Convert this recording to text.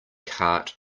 cart